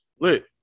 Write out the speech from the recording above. lit